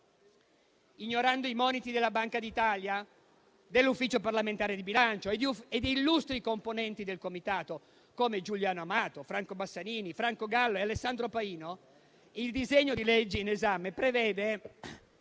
Ignorando i moniti della Banca d'Italia, dell'Ufficio parlamentare di bilancio e di illustri componenti del Comitato, come Giuliano Amato, Franco Bassanini, Franco Gallo e Alessandro Pajno, il disegno di legge in esame prevede